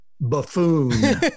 Buffoon